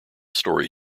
story